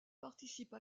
participe